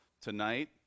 tonight